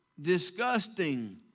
disgusting